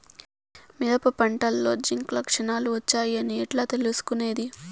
మిరప పంటలో జింక్ లక్షణాలు వచ్చాయి అని ఎట్లా తెలుసుకొనేది?